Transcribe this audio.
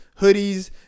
hoodies